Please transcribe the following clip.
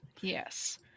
Yes